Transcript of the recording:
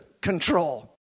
control